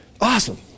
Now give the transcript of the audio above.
Awesome